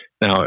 now